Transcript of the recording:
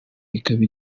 ikaba